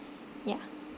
ya